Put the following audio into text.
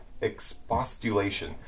expostulation